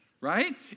right